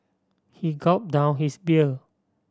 he gulped down his beer